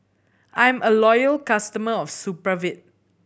I'm a loyal customer of Supravit